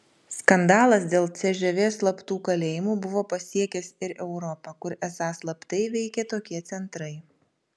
skandalas dėl cžv slaptų kalėjimų buvo pasiekęs ir europą kur esą slaptai veikė tokie centrai